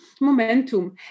Momentum